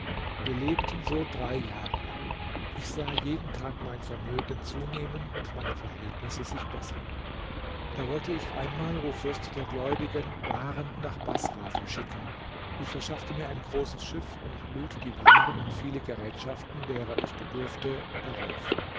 wir lebten so drei jahre lang ich sah jeden tag mein vermögen zunehmen und meine verhältnisse sich bessern da wollte ich einmal o fürst der gläubigen waren nach baßrah verschicken ich verschaffte mir ein großes schiff und lud die waren und viele gerätschaften deren ich bedurfte darauf